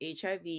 HIV